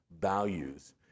values